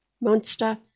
Monster